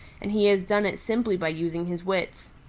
and he has done it simply by using his wits.